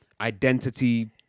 identity